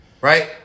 Right